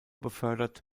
befördert